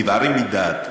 כן, היינו נבערים מדעת.